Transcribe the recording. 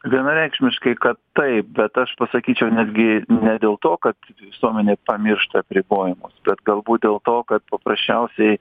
vienareikšmiškai kad taip bet aš pasakyčiau netgi ne dėl to kad visuomenė pamiršta apribojimus bet galbūt dėl to kad paprasčiausiai